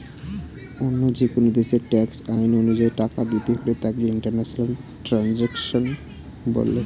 অন্য যেকোন দেশের ট্যাক্স আইন অনুযায়ী টাকা দিতে হলে তাকে ইন্টারন্যাশনাল ট্যাক্সেশন বলে